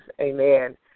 amen